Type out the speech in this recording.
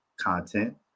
content